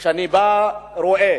כשאני רואה